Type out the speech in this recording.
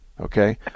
okay